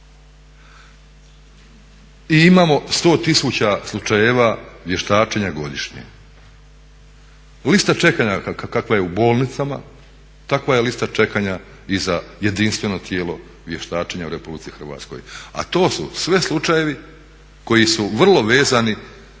I imamo 100 tisuća slučajeva vještačenja godišnje. Lista čekanja kakva je u bolnicama, takva je lista čekanja i za jedinstveno tijelo vještačenja u Republici Hrvatskoj a to su sve slučajevi koji su vrlo vezani